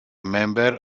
member